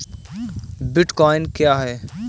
Bitcoin क्या है?